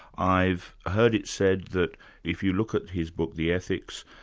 i've heard it said that if you look at his book, the ethics,